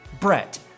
Brett